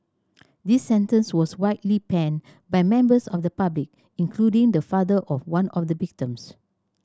this sentence was widely panned by members of the public including the father of one of the victims